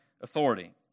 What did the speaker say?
authority